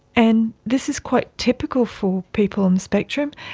and this is quite typical for people on the spectrum,